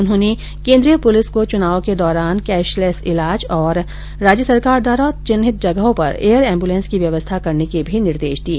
उन्होंने केंद्रीय पुलिस बल को चुनाव के दौरान कैशलेस इलाज और राज्य सरकार द्वारा चिन्हित जगहों पर एयर एंबुलेस की व्यवस्था करने के भी निर्देश दिए